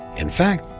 in fact,